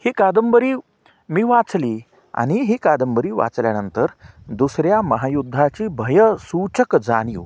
ही कादंबरी मी वाचली आणि ही कादंबरी वाचल्यानंतर दुसऱ्या महायुद्धाची भयसूचक जाणीव